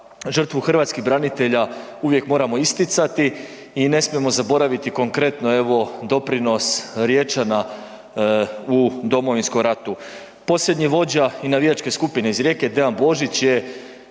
žrtvu hrvatskih branitelja uvijek moramo isticati i ne smijemo zaboraviti konkretno evo doprinos Riječana u Domovinskom ratu. Posljednji vođa i navijačke skupine iz Rijeke Dean Božić